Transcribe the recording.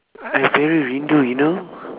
I very rindu you know